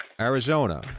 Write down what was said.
Arizona